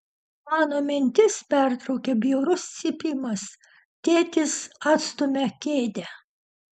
mano mintis pertraukia bjaurus cypimas tėtis atstumia kėdę